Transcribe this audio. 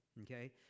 okay